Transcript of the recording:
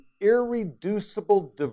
irreducible